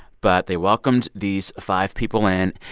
but they welcomed these five people in.